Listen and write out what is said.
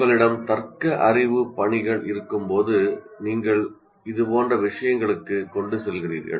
உங்களிடம் பகுத்தறிவு பணிகள் இருக்கும்போது நீங்கள் இதுபோன்ற விஷயங்களுக்கு கொண்டு செல்கிறீர்கள்